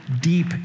deep